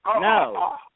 No